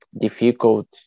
difficult